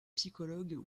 psychologue